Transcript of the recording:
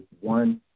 one